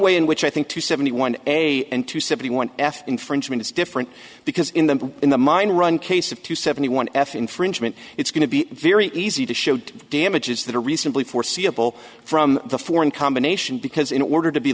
way in which i think to seventy one a and to seventy one f infringement is different because in the in the mind run case of two seventy one f infringement it's going to be very easy to show damages that are reasonably foreseeable from the four in combination because in order to be